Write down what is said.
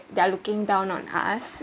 they're looking down on us